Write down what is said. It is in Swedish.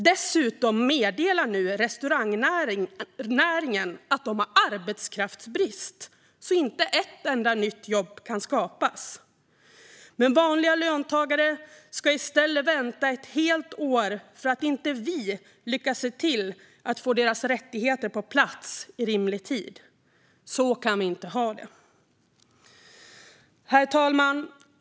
Dessutom meddelar nu restaurangnäringen att de har arbetskraftsbrist, så inte ett enda nytt jobb kan skapas. Men vanliga löntagare ska vänta i ett helt år för att vi inte lyckas se till att få deras rättigheter på plats i rimlig tid. Så kan vi inte ha det. Herr talman!